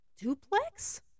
duplex